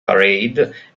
parade